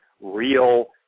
real